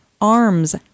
Arms